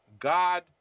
God